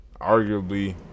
arguably